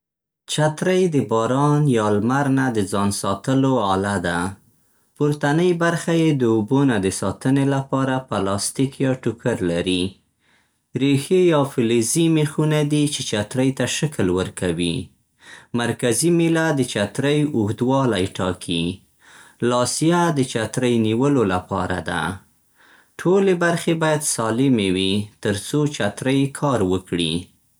چترۍ د باران يا لمر نه د ځان ساتلو اله ده. پورتنۍ برخه یې د اوبو نه د ساتنې لپاره پلاستیک يا ټوکر لري. رېښې یا فلزي میخونه دي چې چترۍ ته شکل ورکوي. مرکزي ميله د چترۍ اوږدوالى ټاکي. لاسيه د چترۍ نیولو لپاره ده. ټولې برخې باید سالمې وي؛ تر څو چترۍ کار وکړي.